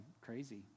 crazy